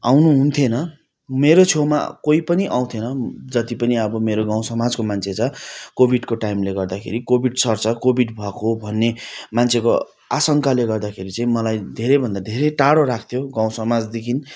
आउनु हुन्थेन मेरो छेउमा कोही पनि आउने थिएन जति पनि अब मेरो गाउँ समाजको मान्छे छ कोभिडको टाइमले गर्दाखेरि कोभिड सर्छ कोभिड भएको भन्ने मान्छेको आशङ्काले गर्दाखेरि चाहिँ मलाई धेरैभन्दा धेरै टाढो राख्थ्यो गाउँ समाजदेखि